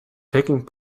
taking